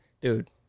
dude